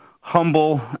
humble